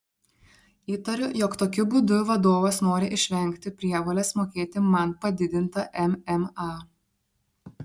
įtariu jog tokiu būdu vadovas nori išvengti prievolės mokėti man padidintą mma